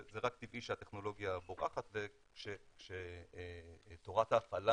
זה רק טבעי שהטכנולוגיה פורחת וכשתורת ההפעלה